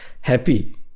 happy